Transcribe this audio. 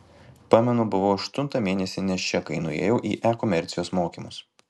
pamenu buvau aštuntą mėnesį nėščia kai nuėjau į e komercijos mokymus